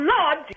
Lord